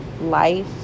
life